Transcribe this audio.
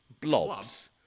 blobs